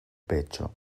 pecho